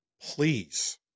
Please